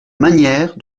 manière